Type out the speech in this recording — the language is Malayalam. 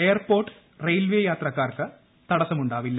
എയർപോർട്ട് റെയിൽവെ യാത്രക്കാർക്ക് തടസ്സം ഉണ്ടാവില്ല